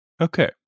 Okay